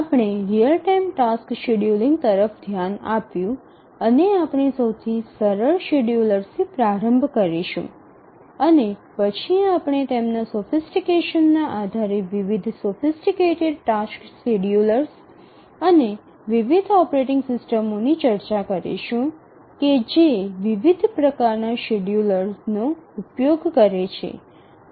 આપણે real time tasks scheduling તરફ ધ્યાન આપ્યું અને આપણે સૌથી સરળ શેડ્યૂલર્સથી પ્રારંભ કરીશું અને પછી આપણે તેમના સોફિસટીકેશનના આધારે વિવિધ સોફિસ્ટીકેટેડ ટાસક્સ શેડ્યૂલરસ્ અને વિવિધ ઓપરેટિંગ સિસ્ટમોની ચર્ચા કરીશું કે જે વિવિધ પ્રકારના શેડ્યુલરનો ઉપયોગ કરે છે